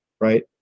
right